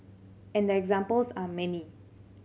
and the examples are many